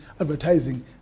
advertising